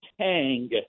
tang